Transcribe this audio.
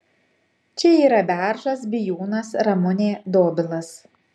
čia yra beržas bijūnas ramunė dobilas